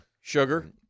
Sugar